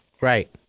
Right